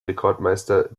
rekordmeister